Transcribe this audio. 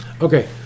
Okay